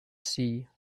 sea